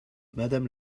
madame